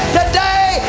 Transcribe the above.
today